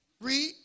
Read